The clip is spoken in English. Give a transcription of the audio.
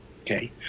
Okay